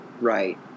Right